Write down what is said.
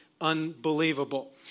unbelievable